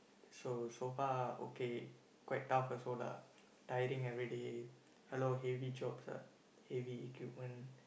so so far okay quite tough also lah tiring everyday a lot of heavy jobs ah heavy equipment